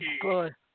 good